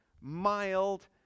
mild